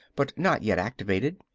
but not yet activated.